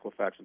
Equifax